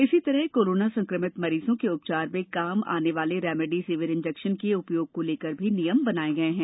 इसी तरह कोरोना संक्रमित मरीजों के उपचार में काम आने वाले रेमडीसिविर इंजेक्शन के उपयोग को लेकर भी नियम बनाये गए हैं